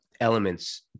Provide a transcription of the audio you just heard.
elements